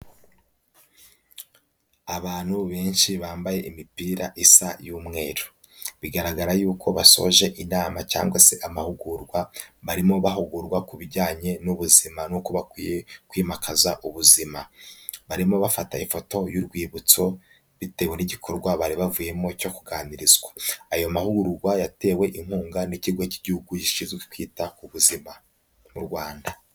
Abantu benshi bambaye imipira isa y'umweru. Bigaragara yuko basoje inama cyangwa se amahugurwa, barimo bahugurwa ku bijyanye n'ubuzima nuko bakwiye kwimakaza ubuzima. Barimo bafata ifoto y'urwibutso, bitewe n'igikorwa bari bavuyemo cyo kuganirizwa. Ayo mahugurwa yatewe inkunga n'ikigo cy'igihugu gishinzwe kwita ku buzima mu Rwanda.